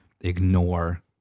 ignore